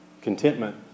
contentment